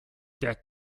der